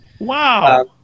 Wow